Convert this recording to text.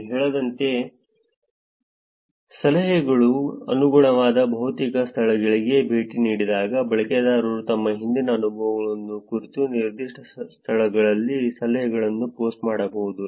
ನಾನು ಹೇಳಿದಂತೆ ಸಲಹೆಗಳು ಅನುಗುಣವಾದ ಭೌತಿಕ ಸ್ಥಳಗಳಿಗೆ ಭೇಟಿ ನೀಡಿದಾಗ ಬಳಕೆದಾರರು ತಮ್ಮ ಹಿಂದಿನ ಅನುಭವಗಳ ಕುರಿತು ನಿರ್ದಿಷ್ಟ ಸ್ಥಳಗಳಲ್ಲಿ ಸಲಹೆಗಳನ್ನು ಪೋಸ್ಟ್ ಮಾಡಬಹುದು